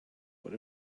what